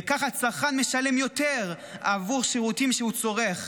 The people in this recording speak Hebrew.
וכך הצרכן משלם יותר עבור שירותים שהוא צורך.